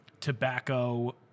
tobacco